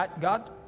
God